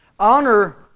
Honor